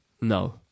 No